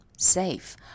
Safe